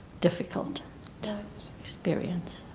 difficult experience.